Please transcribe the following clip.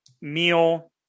meal